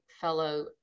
fellow